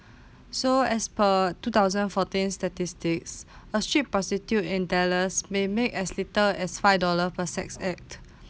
so as per two thousand fourteen statistics a strip prostitute in tailor may make as little as five dollars per sex aid